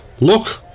Look